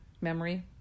Memory